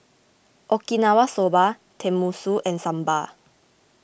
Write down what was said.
Okinawa Soba Tenmusu and Sambar